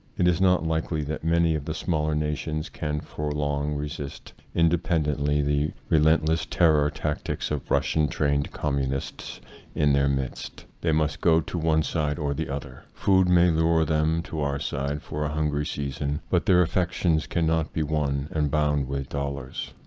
it is not likely that many of the smaller nations can for long resist independently the relentless terror tac tics of russian-trained communists in their midst. they must go to one side or the other. food may lure hcm to our side for a hungry season, but their affections can not be won and bound with dollars.